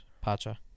Pacha